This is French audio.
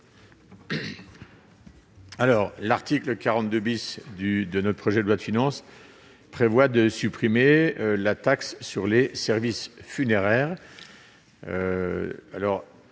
général. L'article 42 du projet de loi de finances prévoit de supprimer la taxe sur les services funéraires.